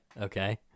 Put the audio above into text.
Okay